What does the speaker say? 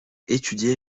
étudié